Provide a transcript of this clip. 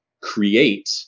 create